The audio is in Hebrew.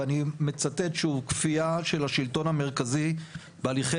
ואני מצטט שוב כפייה של השלטון המרכזי בהליכי